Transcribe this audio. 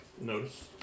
Notice